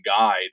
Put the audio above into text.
guide